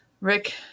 rick